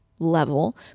Level